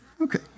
Okay